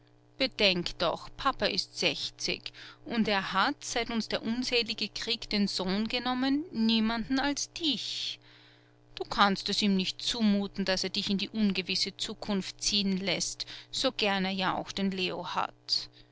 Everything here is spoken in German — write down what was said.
bedenk doch papa ist sechzig und er hat seit uns der unselige krieg den sohn genommen niemanden als dich du kannst es ihm nicht zumuten daß er dich in die ungewisse zukunft ziehen läßt so gern er ja auch den leo hat